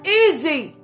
easy